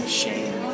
shame